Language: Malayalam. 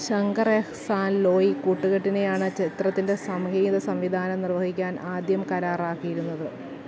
ശങ്കർ എഹ്സാൻ ലോയി കൂട്ടുകെട്ടിനെയാണ് ചിത്രത്തിന്റെ സംഗീതസംവിധാനം നിർവഹിക്കാൻ ആദ്യം കരാറാക്കിയിരുന്നത്